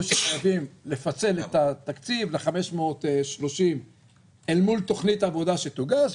שחייבים לפצל את התקציב ל-530 אל מול תוכנית עבודה שתוגש,